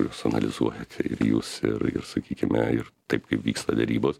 jūs analizuojate ir jūs ir ir sakykime ir taip kaip vyksta derybos